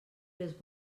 les